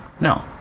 no